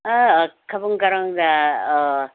ꯑꯥ ꯈꯕꯨꯡ ꯀꯥꯔꯣꯡꯗ